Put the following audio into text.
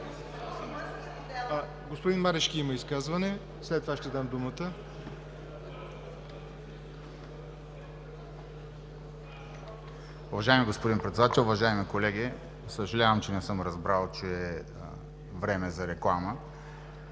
Господин Марешки има изказване. ВЕСЕЛИН МАРЕШКИ (Воля): Уважаеми господин Председател, уважаеми колеги! Съжалявам, че не съм разбрал, че е време за реклама.